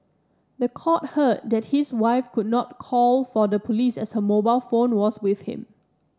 the court heard that his wife could not call for the police as her mobile phone was with him